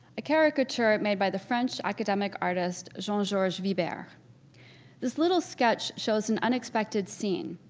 a caricature made by the french academic artist jehan georges vibert. this little sketch shows an unexpected scene.